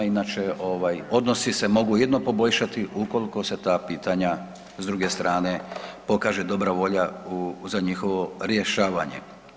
Inače odnosi se mogu jedino poboljšati ukoliko se ta pitanja s druge strane pokaže dobra volja za njihovo rješavanje.